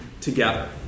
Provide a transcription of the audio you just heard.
together